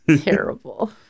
Terrible